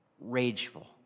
rageful